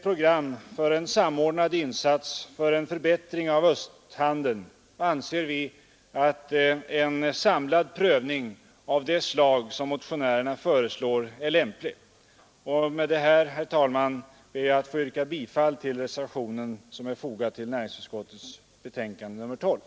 Vi anser att en samlad prövning av det slag som motionärerna föreslår är lämplig för att utarbeta ett program för en samordnad insats när det gäller förbättring av östhandeln. Jag ber därför, herr talman, att med det anförda få yrka bifall till reservationen.